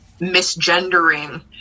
misgendering